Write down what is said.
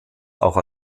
auch